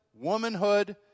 womanhood